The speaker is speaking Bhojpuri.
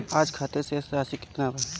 आज खातिर शेष राशि केतना बा?